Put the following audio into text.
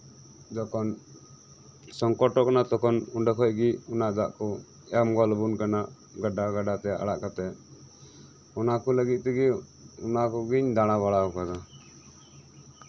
ᱡᱚᱠᱷᱚᱱ ᱥᱚᱝᱠᱚᱴᱚᱜ ᱠᱟᱱᱟ ᱛᱚᱠᱷᱚᱱ ᱚᱱᱰᱮ ᱠᱷᱚᱡᱜᱮ ᱚᱱᱟ ᱫᱟᱜ ᱠᱚ ᱮᱢ ᱜᱚᱫ ᱟᱵᱳᱱ ᱠᱟᱱᱟ ᱜᱟᱰᱟ ᱜᱟᱰᱟᱛᱮ ᱟᱲᱟᱜ ᱠᱟᱛᱮᱜ ᱚᱱᱟ ᱠᱚ ᱞᱟᱹᱜᱤᱫ ᱛᱮᱜᱮ ᱚᱱᱟ ᱠᱚᱧ ᱫᱟᱬᱟ ᱵᱟᱲᱟ ᱠᱟᱫᱟ